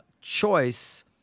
choice